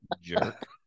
Jerk